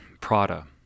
Prada